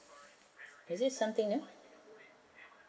is it something new